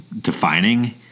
defining